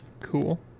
Cool